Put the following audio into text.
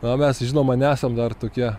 na mes žinoma nesam dar tokie